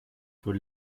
for